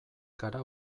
gara